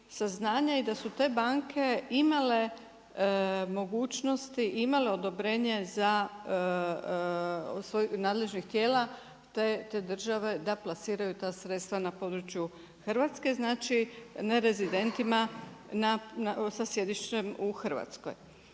i da su te banke imale mogućnosti imale odobrenje od svojih nadležnih tijela te države da plasiraju ta sredstva na području Hrvatske, znači nerezidentima sa sjedištem u Hrvatskoj.